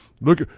look